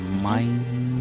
mind